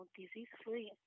disease-free